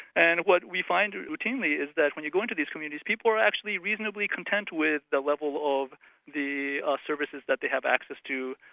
and what we find routinely is that when you go into these communities, people are actually reasonably content with the level of the ah services that they have access to.